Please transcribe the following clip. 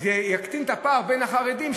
זה יקטין את הפער מול החרדים,